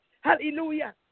Hallelujah